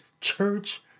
church